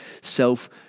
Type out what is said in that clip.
Self